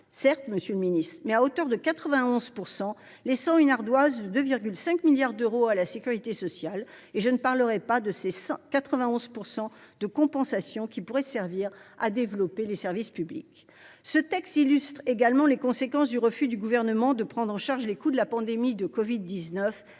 Certes, monsieur le ministre, mais à hauteur de 91 %, ce qui laisse une ardoise de 2,5 milliards d’euros à la sécurité sociale. Et je ne parlerai pas de ces 91 % de compensation, qui pourraient servir à développer les services publics ! Ce texte illustre également les conséquences du refus par le Gouvernement de prendre en charge les coûts de la pandémie de covid 19